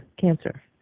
cancer